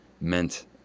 meant